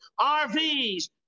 RVs